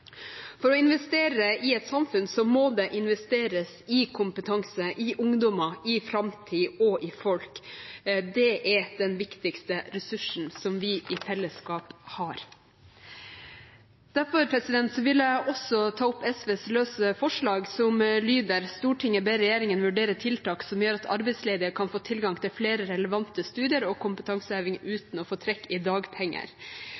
For å investere i et samfunn må det investeres i kompetanse, i ungdommer, i framtid og i folk. Det er den viktigste ressursen som vi i fellesskap har. Derfor vil jeg ta opp SVs løse forslag, som lyder: «Stortinget ber regjeringen vurdere tiltak som gjør at arbeidsledige kan få tilgang til flere relevante studier og kompetanseheving